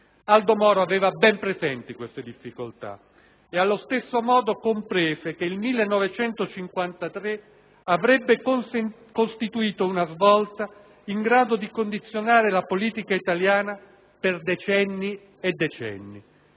Aldo Moro aveva ben presenti queste difficoltà. E allo stesso modo comprese che il 1953 avrebbe costituito una svolta in grado di condizionare la politica italiana per decenni e decenni.